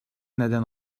neden